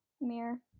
Mirror